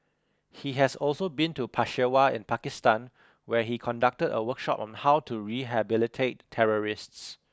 he has also been to Peshawar in Pakistan where he conducted a workshop on how to rehabilitate terrorists